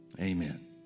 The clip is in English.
amen